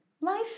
life